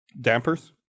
Dampers